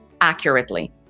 accurately